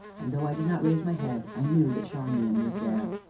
and, though i did not raise my head, i knew that charmian was there.